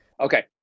Okay